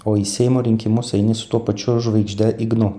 o į seimo rinkimus eini su tuo pačiu žvaigžde ignu